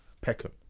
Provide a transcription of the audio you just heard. Peckham